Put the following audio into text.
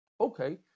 Okay